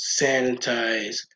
sanitize